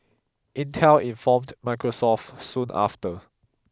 Intel informed Microsoft soon after